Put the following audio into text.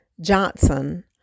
Johnson